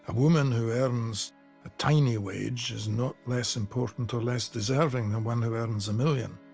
and woman who earns a tiny wage is not less important or less deserving than one who earns a million